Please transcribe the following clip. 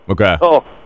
Okay